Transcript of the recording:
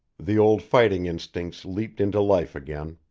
the old fighting instincts leaped into life again.